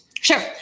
Sure